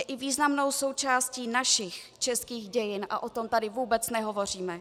Je i významnou součástí našich českých dějin a o tom tady vůbec nehovoříme.